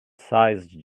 sized